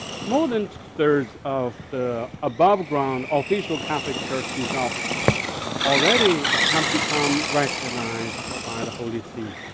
more than there's of the above ground official catholic church bishops already have become recognized ah by the holy see.